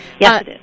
Yes